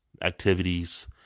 activities